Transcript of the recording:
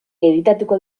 editatuko